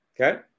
Okay